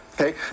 Okay